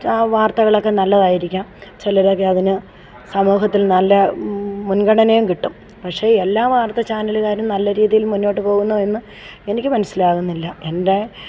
ആ വാർത്തകളൊക്കെ നല്ലതായിരിക്കാം ചിലരൊക്കെ അതിന് സമൂഹത്തിൽ നല്ല മുൻഗണനയും കിട്ടും പക്ഷേ എല്ലാ വാർത്താ ചാനലുകാരും നല്ല രീതിയിൽ മുന്നോട്ട് പോകുന്നോ എന്ന് എനിക്ക് മനസ്സിലാകുന്നില്ല എൻ്റെ